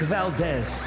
Valdez